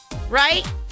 right